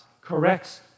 corrects